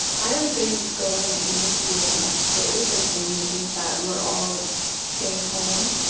i haven't been going into the field much lately for the same reasons that we're all staying home.